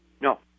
No